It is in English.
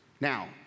Now